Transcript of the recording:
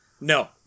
No